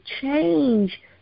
change